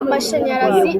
amashanyarazi